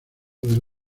del